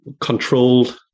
controlled